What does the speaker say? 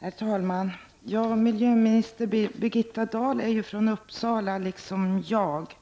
Herr talman! Miljöminister Birgitta Dahl är ju från Uppsala, liksom jag,